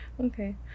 Okay